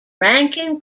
rankin